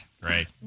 Right